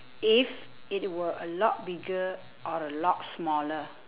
if it were a lot bigger or a lot smaller